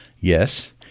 Yes